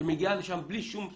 שמגיעה לשם בלי שום ויסות,